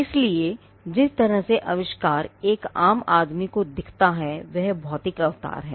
इसलिए जिस तरह से आविष्कार एक आम आदमी को दिखता है वह भौतिक अवतार है